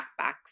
backpacks